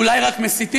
אולי רק מסיתים?